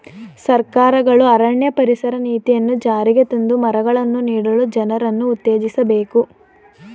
ಸರ್ಕಾರಗಳು ಅರಣ್ಯ ಪರಿಸರ ನೀತಿಯನ್ನು ಜಾರಿಗೆ ತಂದು ಮರಗಳನ್ನು ನೀಡಲು ಜನರನ್ನು ಉತ್ತೇಜಿಸಬೇಕು